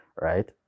right